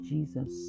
Jesus